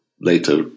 later